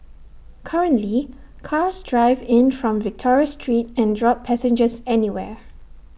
currently cars drive in from Victoria street and drop passengers anywhere